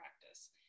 practice